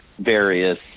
Various